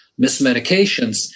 mismedications